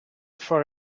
for